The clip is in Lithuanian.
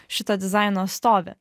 šito dizaino stovi